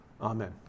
Amen